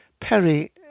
perry